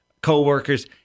co-workers